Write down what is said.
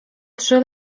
trzy